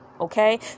okay